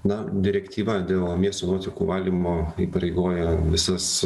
na direktyva dėl miesto nuotekų valymo įpareigoja visas